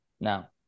now